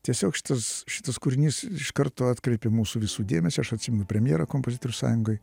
tiesiog šitas šitas kūrinys iš karto atkreipė mūsų visų dėmesį aš atsimenu premjerą kompozitorių sąjungoj